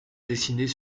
dessiner